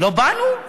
לא באנו?